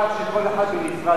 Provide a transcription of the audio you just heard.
היא ביקשה שכל אחד בנפרד,